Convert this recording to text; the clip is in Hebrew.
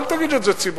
אל תגיד את זה ציבורית.